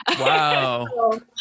Wow